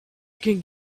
can